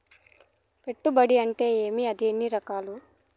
పెట్టుబడి అంటే ఏమి అది ఎన్ని రకాలు